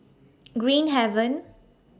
Green Haven